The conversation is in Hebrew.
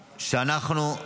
שאנחנו,